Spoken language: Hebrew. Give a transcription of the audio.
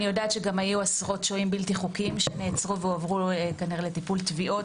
גם עשרות שוהים בלתי חוקיים שנעצרו והועברו כנראה לטיפול תביעות